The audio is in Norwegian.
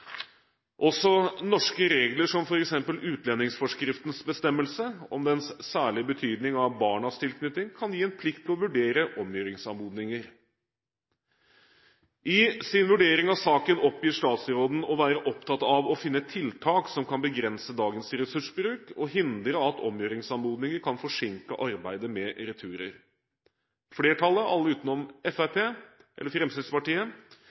Også norske regler, som f.eks. utlendingsforskriftens bestemmelse om den særlige betydningen av barns tilknytning, kan gi en plikt til å vurdere omgjøringsanmodninger. I sin vurdering av saken oppgir statsråden å være opptatt av å finne tiltak som kan begrense dagens ressursbruk og hindre at omgjøringsanmodninger kan forsinke arbeidet med returer. Flertallet – alle utenom Fremskrittspartiet